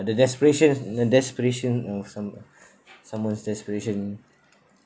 the desperations desperation of some someone's desperation